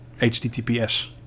HTTPS